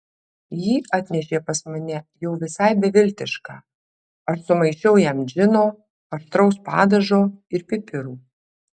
jį atnešė pas mane jau visai beviltišką aš sumaišiau jam džino aštraus padažo ir pipirų